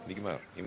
נגמר, נגמר.